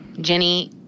Jenny